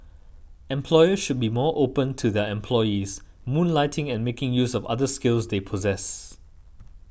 employers should be more open to their employees moonlighting and making use of other skills they possess